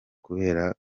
kubera